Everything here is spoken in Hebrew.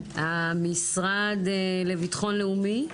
המשפטים, המשרד לביטחון לאומי,